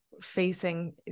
facing